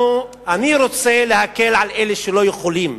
אני רוצה להקל על אלה שלא יכולים,